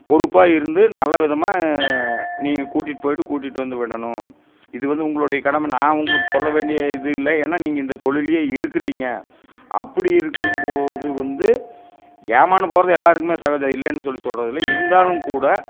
பொறுப்பாக இருந்து நல்ல விதமாக நீங்கள் கூட்டிட்டு போயிட்டு கூட்டிட்டு வந்து விடணும் இது வந்து உங்களோடைய கடமை நான் உங்களுக்கு சொல்ல வேண்டிய இது இல்லை ஏன்னா நீங்கள் இந்த தொழில்லேயே இருக்கிறீங்க அப்படி இருக்கும்போது வந்து ஏமாந்து போகிறது எல்லோருக்குமே சகஜம் இல்லேன்னு சொல்லி சொல்கிறதில்ல இருந்தாலும் கூட